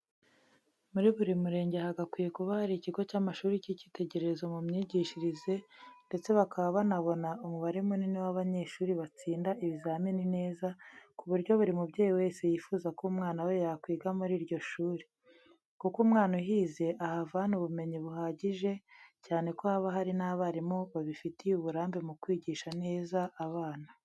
Muri buri murenge hagakwiye kuba hari ikigo cy'amashuri cy'icyitegererezo mu myigishirize ndetse bakaba banabona umubare munini w'abanyeshuri batsinda ibizamini neza, ku buryo buri mubyeyi wese yifuza ko umwana we yakwiga muri iryo shuri. Kuko umwana uhize ahavana ubumenyi buhagije, cyane ko haba hari n'abarimu babifitiye uburambe mu kwigisha neza abana.